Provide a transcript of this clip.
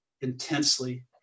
intensely